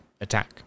attack